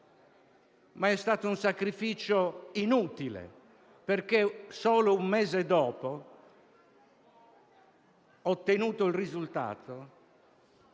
però stato un sacrificio inutile, perché, solo un mese dopo, ottenuto il risultato,